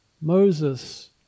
Moses